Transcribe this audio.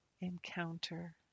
encounter